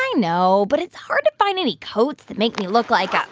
i know. but it's hard to find any coats that make me look like a